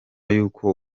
y’uko